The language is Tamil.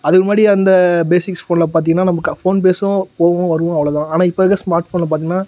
அதுக்கு முன்னாடி அந்த பேசிக்ஸ் ஃபோனில் பார்த்தீங்கன்னா நமக்கு ஃபோன் பேசுவோம் போவோம் வருவோம் அவ்வளோ தான் ஆனால் இப்போ இருக்கிற ஸ்மார்ட் ஃபோனில் பார்த்தீங்கன்னா